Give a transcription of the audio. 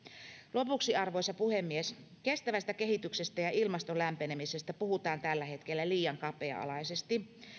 lopuksi arvoisa puhemies kestävästä kehityksestä ja ilmaston lämpenemisestä puhutaan tällä hetkellä liian kapea alaisesti